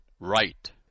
right